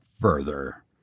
further